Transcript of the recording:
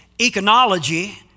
ecology